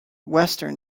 western